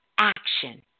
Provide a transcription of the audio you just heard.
action